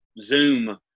zoom